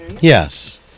Yes